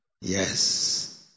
Yes